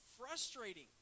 frustrating